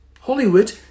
Hollywood